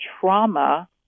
trauma